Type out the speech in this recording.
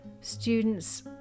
students